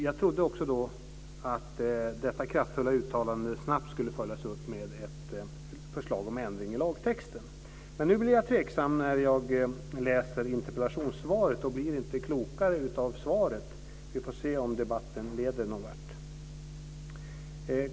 Jag trodde då att detta kraftfulla uttalande snabbt skulle följas upp med ett förslag om ändring i lagtexten. Men nu blir jag tveksam, när jag läser interpellationssvaret. Jag blir inte klokare av det. Vi får se om debatten leder någon vart.